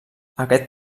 aquest